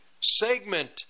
segment